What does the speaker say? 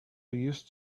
used